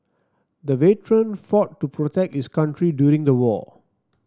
the veteran fought to protect his country during the war